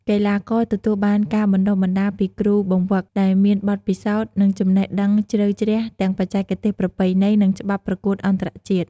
កីឡាករទទួលបានការបណ្ដុះបណ្ដាលពី គ្រូបង្វឹកដែលមានបទពិសោធន៍ និងចំណេះដឹងជ្រៅជ្រះទាំងបច្ចេកទេសប្រពៃណី និងច្បាប់ប្រកួតអន្តរជាតិ។